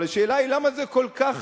אבל השאלה היא, למה זה כל כך